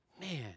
Man